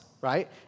right